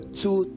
two